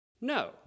No